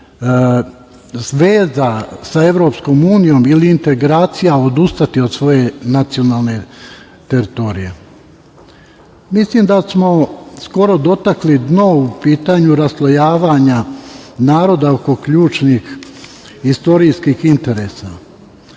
Unijom ili integracija odustati od svoje nacionalne teritorije. Mislim da smo skoro dotakli dno u pitanju raslojavanja naroda oko ključnih istorijskih interesa.